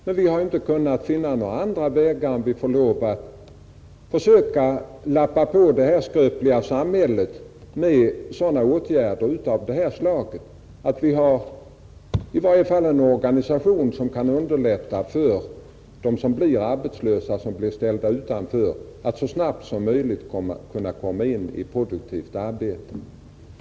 Men vi har inte kunnat finna några andra medel än att vi får lov att försöka lappa på det här skröpliga samhället med åtgärder av detta slag, så att vi i varje fall har en organisation som kan svara för att de som blir arbetslösa, som blir ställda utanför, så snabbt som möjligt kommer in i produktivt arbete.